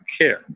care